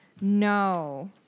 No